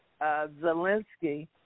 Zelensky